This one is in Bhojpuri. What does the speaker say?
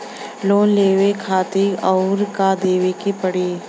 लोन लेवे खातिर अउर का देवे के पड़ी?